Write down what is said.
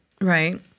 Right